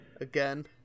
Again